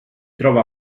trova